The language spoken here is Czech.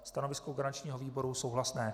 Stanovisko garančního výboru souhlasné.